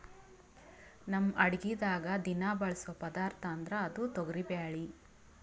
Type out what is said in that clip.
ನಮ್ ಅಡಗಿದಾಗ್ ದಿನಾ ಬಳಸೋ ಪದಾರ್ಥ ಅಂದ್ರ ಅದು ತೊಗರಿಬ್ಯಾಳಿ